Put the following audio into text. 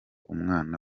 umwana